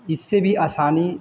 इससे भी आसानी